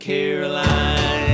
Caroline